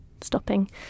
stopping